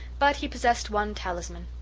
but he possessed one talisman.